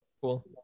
Cool